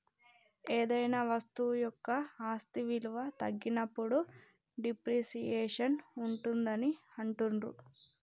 ఏదైనా వస్తువు యొక్క ఆస్తి విలువ తగ్గినప్పుడు డిప్రిసియేషన్ ఉంటాదని అంటుండ్రు